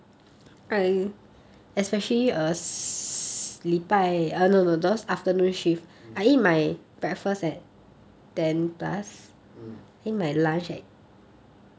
mm mm